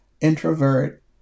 introvert